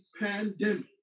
pandemic